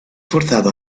forzado